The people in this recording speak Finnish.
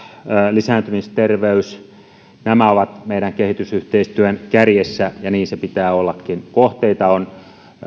lisääntymisterveys ovat meidän kehitysyhteistyön kärjessä ja niin sen pitää ollakin kohteita on